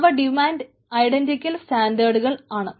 അവ demand identical സ്റ്റാൻഡേർഡുകൾ ആണ്